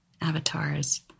avatars